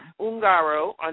Ungaro